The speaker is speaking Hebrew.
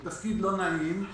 זה תפקיד לא נעים,